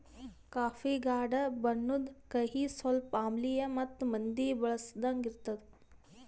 coffee ಗಾಢ ಬಣ್ಣುದ್, ಕಹಿ, ಸ್ವಲ್ಪ ಆಮ್ಲಿಯ ಮತ್ತ ಮಂದಿ ಬಳಸಂಗ್ ಇರ್ತದ